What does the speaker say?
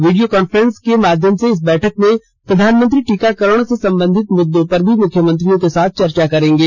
video conference के माध्यम से इस बैठक में प्रधानमंत्री टीकाकरण से संबंधित मुद्दों पर भी मुख्यमंत्रियों के साथ चर्चा करेंगे